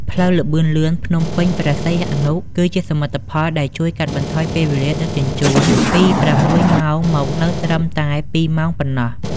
ផ្លូវល្បឿនលឿនភ្នំពេញ-ព្រះសីហនុ គឺជាសមិទ្ធផលដែលជួយកាត់បន្ថយពេលវេលាដឹកជញ្ជូនពី ៦ ម៉ោង មកនៅត្រឹមតែ ២ ម៉ោងប៉ុណ្ណោះ។